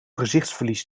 gezichtsverlies